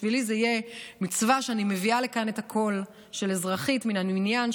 בשבילי זו תהיה מצווה שאני מביאה לכאן את הקול של אזרחית מן המניין,